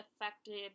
affected